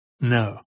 No